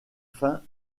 fin